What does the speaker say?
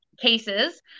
cases